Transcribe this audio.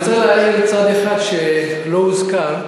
אני רוצה להאיר צד אחד שלא הוזכר,